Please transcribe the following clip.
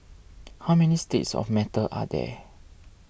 how many states of matter are there